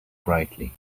brightly